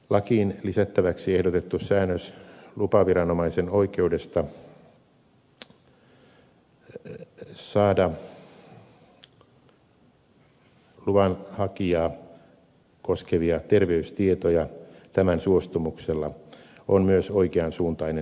lakiin lisättäväksi ehdotettu säännös lupaviranomaisen oikeudesta saada luvanhakijaa koskevia terveystietoja tämän suostumuksella on myös oikean suuntainen uudistus